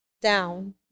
down